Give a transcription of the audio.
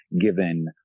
given